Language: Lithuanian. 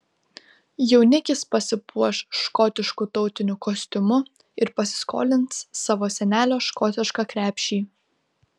jaunikis pasipuoš škotišku tautiniu kostiumu ir pasiskolins savo senelio škotišką krepšį